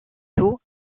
tôt